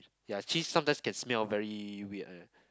ya cheese sometime can smell very weird leh